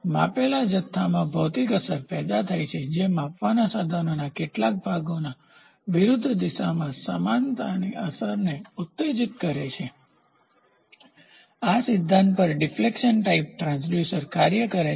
માપેલા જથ્થામાં ભૌતિક અસર પેદા થાય છે જે માપવાના સાધનના કેટલાક ભાગમાં વિરુદ્ધ દિશામાં સમાનતા અસરને ઉત્તેજિત કરે છે એ સિદ્ધાંત પર ડિફ્લેક્શન ટાઇપ ટ્રાંસડ્યુસર કાર્ય કરે છે